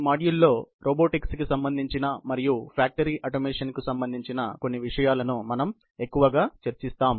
ఈ మాడ్యూల్లో రోబోటిక్స్కు సంబంధించిన మరియు ఫ్యాక్టరీ ఆటోమేషన్కు సంబంధించిన కొన్ని విషయాలను మనం ఎక్కువగా చర్చిస్తాం